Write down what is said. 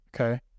Okay